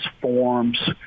forms